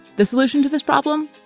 the solution to this problem,